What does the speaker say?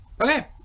Okay